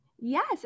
Yes